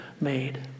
made